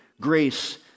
grace